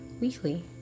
weekly